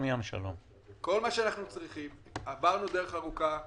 אדוני עברנו דרך ארוכה,